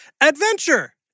adventure